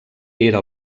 era